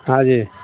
हाँ जी